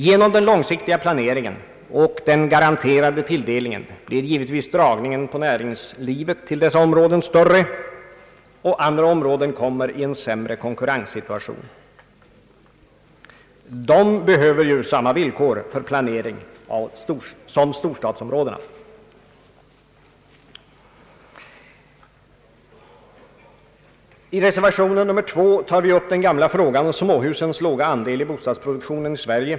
Genom den långsiktiga planeringen och den garanterade tilldelningen blir dragningen på näringslivet till dessa områden givetvis större, och andra områden kommer i en sämre konkurrenssituation. De behöver ju samma villkor för planering som storstadsområdena. I reservation nr 2 tar vi upp den gamla frågan om småhusens låga andel i bostadsproduktionen i Sverige.